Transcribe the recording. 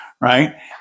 right